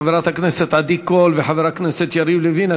חברת הכנסת עדי קול וחבר הכנסת יריב לוין,